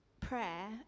prayer